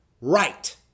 right